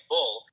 Bull